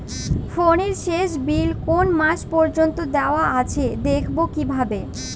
ফোনের শেষ বিল কোন মাস পর্যন্ত দেওয়া আছে দেখবো কিভাবে?